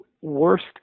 worst